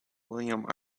william